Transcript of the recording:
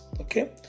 okay